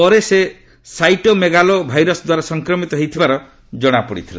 ପରେ ସେ cytomegalovirus ଦ୍ୱାରା ସଂକ୍ରମିତ ହୋଇଥିବାର ଜଣାପଡ଼ିଥିଲା